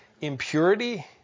impurity